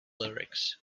lyrics